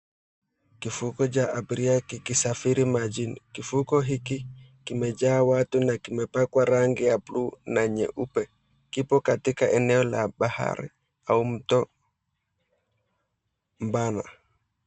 Kufukwe cha abiria kikivuka majini, kifukwe hiki kimejaa watu na kimepakwa rangi ya blue na nyeupe kipo katika eneo la bahari au mto mpana.